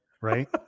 right